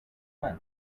one